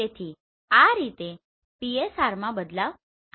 તેથી આ રીતે PSRમાં બદલાવ આવશે